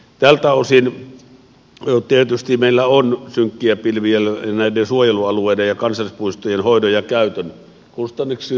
tältä osin tietysti meillä on synkkiä pilviä näiden suojelualueiden ja kansallispuistojen hoidon ja käytön kustannuksiin liittyen